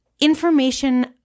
information